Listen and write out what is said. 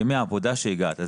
ימי עבודה אליהם הגעת.